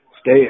stay